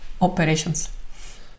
operations